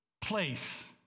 place